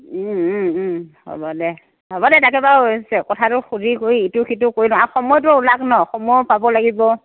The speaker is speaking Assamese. ওম ওম ওম হ'ব দে হ'ব দে তাকে বাৰু কথাটো সুধি কৰি ইটো সিটো কৰি লওঁ আৰু সময়টো ওলাওক ন' সময়ো পাব লাগিব